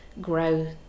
grow